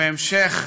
ושבהמשך